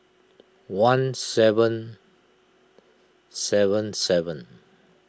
one seven seven seven